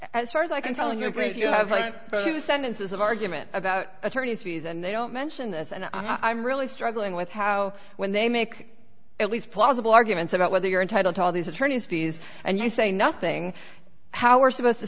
as far as i can tell in your place you have like two sentences of argument about attorneys fees and they don't mention this and i'm really struggling with how when they make at least plausible arguments about whether you're entitled to all these attorney's fees and you say nothing how are supposed to